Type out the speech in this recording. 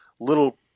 little